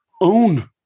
own